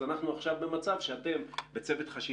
עכשיו זאת הקורונה.